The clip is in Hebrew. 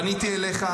פניתי אליך,